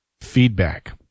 feedback